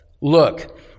look